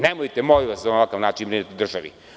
Nemojte, molim vas, da na ovakav način brinete o državi.